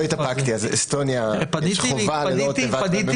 באסטוניה יש חובה לא תיבה ממשלתית.